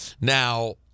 Now